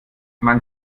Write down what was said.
man